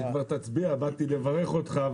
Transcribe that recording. אני רציתי שכבר תצביע, באתי לברך אותך.